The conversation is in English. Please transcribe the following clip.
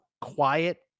quiet